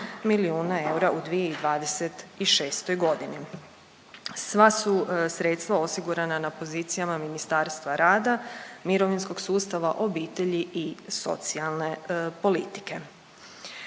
milijuna eura u 2026.g.. Sva su sredstva osigurana na pozicijama Ministarstva rada, mirovinskog sustava, obitelji i socijalne politike.